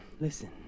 Listen